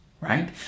right